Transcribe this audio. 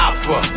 Opera